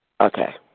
Okay